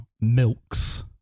milks